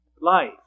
Life